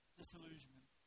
disillusionment